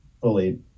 fully